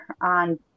on